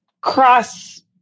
cross